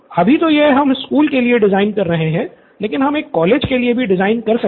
अभी तो यह हम स्कूल के लिए डिज़ाइन कर रहे हैं लेकिन हम एक कॉलेज के लिए भी डिज़ाइन कर सकते हैं